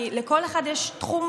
כי לכל אחד יש תחום,